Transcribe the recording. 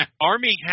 Army